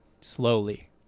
Slowly